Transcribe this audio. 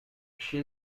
she